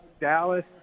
Dallas –